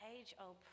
age-old